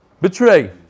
betray